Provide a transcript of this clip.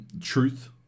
truth